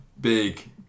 big